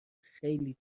خیلی